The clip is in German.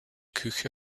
küche